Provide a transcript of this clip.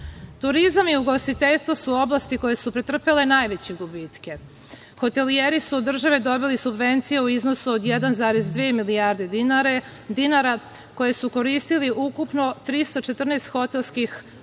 2025".Turizam i ugostiteljstvo su oblasti koje su pretrpele najveće gubitke. Hotelijeri su od države dobili subvencije u iznosu od 1,2 milijarde dinara koje su koristili ukupno 314 hotelskih